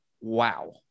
wow